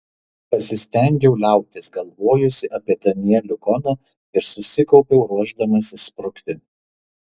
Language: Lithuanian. pasistengiau liautis galvojusi apie danielių koną ir susikaupiau ruošdamasi sprukti